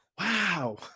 Wow